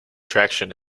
traction